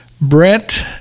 Brent